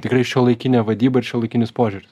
tikrai šiuolaikinė vadyba ir šiuolaikinis požiūris